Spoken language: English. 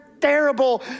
terrible